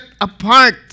apart